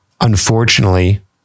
unfortunately